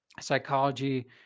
psychology